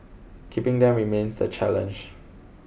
keeping them remains the challenge